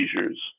seizures